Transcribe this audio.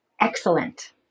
excellent